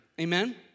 amen